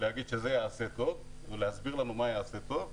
להגיד שזה יעשה טוב ולהסביר לנו מה יעשה טוב,